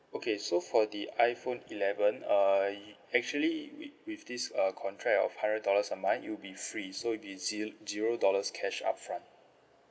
okay so for the iPhone eleven uh actually wi~ with this uh contract of hundred dollars a month it'll be free so it'll be ze~ zero dollars cash upfront